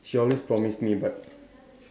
she always promise me but